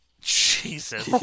Jesus